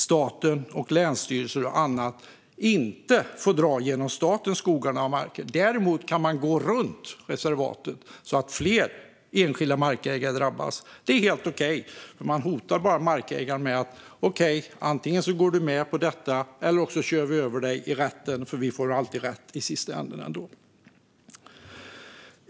Staten, länsstyrelser och andra får inte dra genom statens skogar och mark. Däremot kan man gå runt reservaten, så att fler enskilda markägare drabbas. Det är helt okej. Man hotar bara markägaren: Okej, antingen går du med på detta eller så kör vi över dig i rätten, för vi får alltid rätt i slutändan.